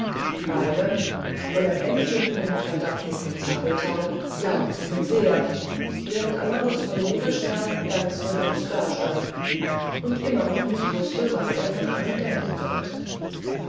beide fräulein ännchen und herr dapsul von zabelthau jauchzten sehr während herr amandus von nebelstern ganz verdutzt dastand und immer noch nicht wußte was er von allem denken sollte